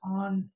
on